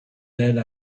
d’elle